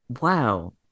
Wow